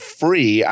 free